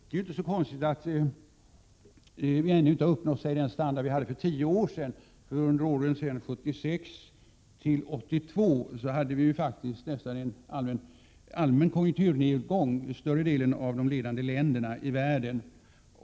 Det är inte så konstigt att vi ännu inte har uppnått den standard som vi hade för tio år sedan, eftersom vi under åren 1976—1982 hade en nästan allmän konjunkturnedgång i större delan av de ledande länderna i världen.